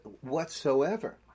whatsoever